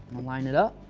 line it up.